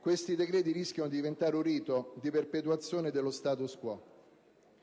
questi decreti rischiano di diventare un rito di perpetuazione dello *status quo*.